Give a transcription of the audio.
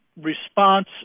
response